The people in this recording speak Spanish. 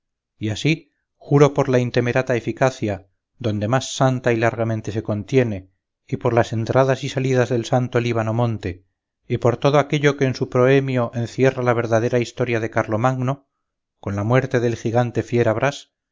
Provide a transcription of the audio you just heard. y así juro por la intemerata eficacia donde más santa y largamente se contiene y por las entradas y salidas del santo líbano monte y por todo aquello que en su prohemio encierra la verdadera historia de carlomagno con la muerte del gigante